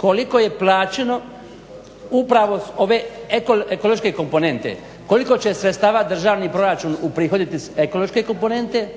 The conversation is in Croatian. koliko je plaćeno upravo ove ekološke komponente, koliko će sredstava državni proračun uprihoditi s ekološke komponente